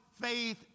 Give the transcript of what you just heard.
faith